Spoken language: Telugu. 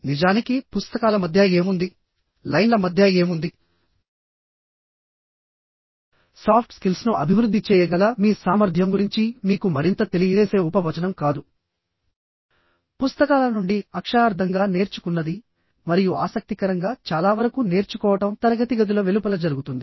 నిజానికి పుస్తకాల మధ్య ఏముంది లైన్ల మధ్య ఏముందిసాఫ్ట్ స్కిల్స్ను అభివృద్ధి చేయగల మీ సామర్థ్యం గురించి మీకు మరింత తెలియజేసే ఉప వచనం కాదు పుస్తకాల నుండి అక్షరార్థంగా నేర్చుకున్నది మరియు ఆసక్తికరంగా చాలా వరకు నేర్చుకోవడం తరగతి గదుల వెలుపల జరుగుతుంది